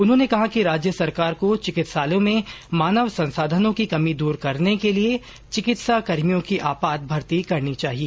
उन्होंने कहा कि राज्य सरकार को चिकित्सालयों में मानव संसाधनों की कमी दूर करने के लिये चिकित्साकर्मियों की आपात भर्ती करनी चाहिए